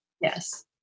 Yes